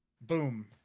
boom